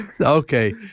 Okay